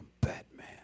Batman